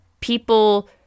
People